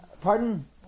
pardon